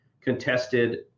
contested